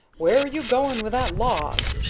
where are you going with that log?